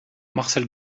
marcel